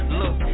look